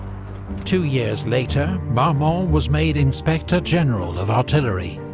two years later, marmont was made inspector-general of artillery,